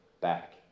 back